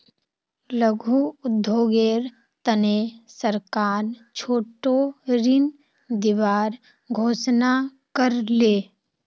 लघु उद्योगेर तने सरकार छोटो ऋण दिबार घोषणा कर ले